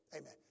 Amen